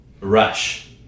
rush